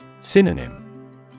Synonym